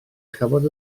chafodd